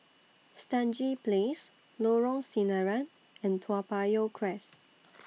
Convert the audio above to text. Stangee Place Lorong Sinaran and Toa Payoh Crest